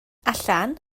allan